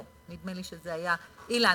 או נדמה לי שזה היה אילן,